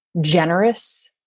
generous